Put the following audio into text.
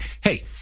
Hey